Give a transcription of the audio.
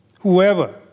Whoever